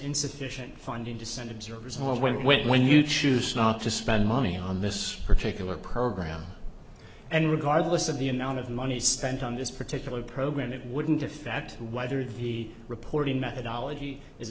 insufficient funding to send observers and when when when you choose not to spend money on this particular program and regardless of the amount of money spent on this particular program it wouldn't affect whether the reporting methodology is